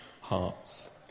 hearts